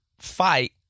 fight